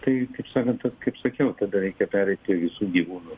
tai kaip sakant vat kaip sakiau tada reikia pereiti visų gyvūnų